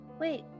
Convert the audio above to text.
Wait